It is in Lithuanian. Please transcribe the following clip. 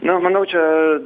na manau čia